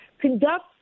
conduct